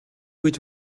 гэж